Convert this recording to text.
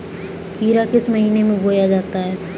खीरा किस महीने में बोया जाता है?